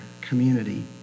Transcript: community